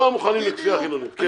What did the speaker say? בדיוק.